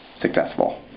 successful